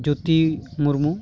Jyoti Murmu